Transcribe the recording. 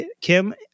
Kim